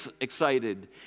excited